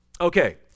Okay